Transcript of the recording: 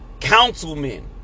councilmen